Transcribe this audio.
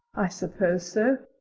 i suppose so,